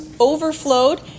overflowed